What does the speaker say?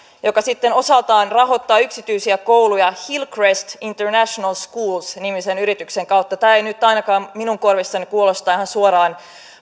joka sitten osaltaan rahoittaa yksityisiä kouluja hillcrest international schools nimisen yrityksen kautta tämä ei nyt ainakaan minun korvissani kuulosta ihan suoraan